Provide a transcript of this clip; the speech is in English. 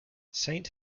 saint